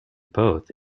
both